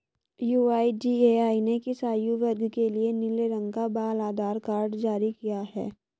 UIDAI ने किस आयु वर्ग के लिए नीले रंग का बाल आधार कार्ड जारी किया है?